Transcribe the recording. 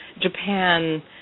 Japan